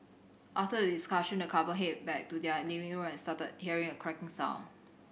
after the discussion the couple headed back to their living room and started hearing a cracking sound